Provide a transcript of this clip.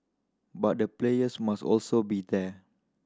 but the players must also be there